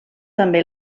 també